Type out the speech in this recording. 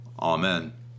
Amen